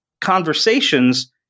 conversations